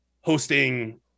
hosting